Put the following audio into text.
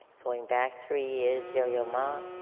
going back three years, yo yo ma,